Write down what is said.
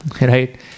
right